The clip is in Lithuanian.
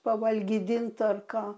pavalgydint ar ką